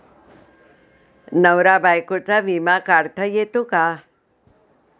नवरा बायकोचा विमा काढता येतो का?